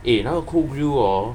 eh 那个 cook grill hor